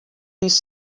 these